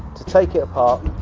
to take it apart,